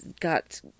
got